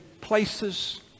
places